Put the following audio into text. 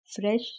fresh